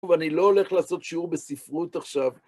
ואני לא הולך לעשות שיעור בספרות עכשיו.